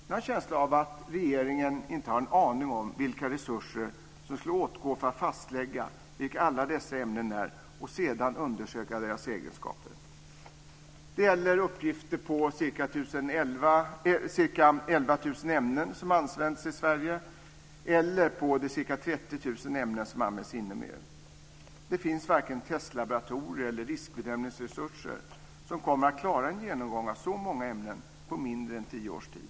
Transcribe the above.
Jag har en känsla av att regeringen inte har en aning om vilka resurser som skulle åtgå för att fastlägga vilka alla dessa ämnen är och sedan undersöka deras egenskaper. Det gäller uppgifter på ca 11 000 ämnen som används i Sverige eller på de ca 30 000 ämnen som används inom EU. Det finns varken testlaboratorier eller riskbedömningsresurser som kommer att klara en genomgång av så många ämnen på mindre än tio års tid.